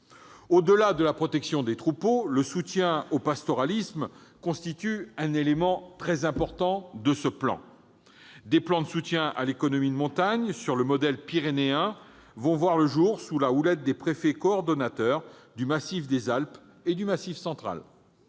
Au-delà de la protection des troupeaux, le soutien au pastoralisme constitue un élément très important de ce plan. Des plans de soutien à l'économie de montagne, sur le modèle pyrénéen, vont voir le jour sous la houlette des préfets coordonnateurs des Alpes et du Massif central.